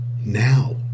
now